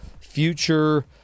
future